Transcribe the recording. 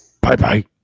Bye-bye